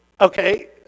Okay